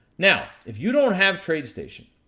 now, if you don't have tradestation,